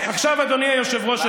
עם ראש הממשלה